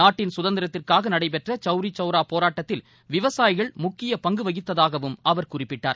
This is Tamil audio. நாட்டின் கதந்திரத்திற்காக நடைபெற்ற சவ்ரி சவ்ரா போராட்டத்தில் விவசாயிகள் முக்கிய பங்கு வகித்ததாகவும் அவர் குறிப்பிட்டார்